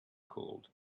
called